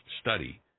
study